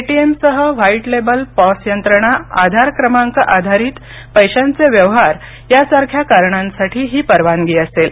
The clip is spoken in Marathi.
एटीएम सह व्हाइट लेबल पॉस यंत्रणा आधार क्रमांक आधारित पैशांचे व्यवहार यासारख्या कारणांसाठी ही परवानगी असेल